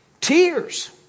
Tears